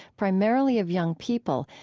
primarily of young people,